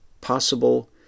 possible